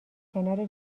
کنار